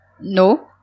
No